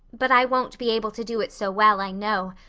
but i won't be able to do it so well, i know.